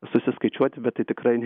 susiskaičiuoti bet tai tikrai nėra